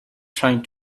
trying